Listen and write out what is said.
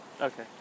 Okay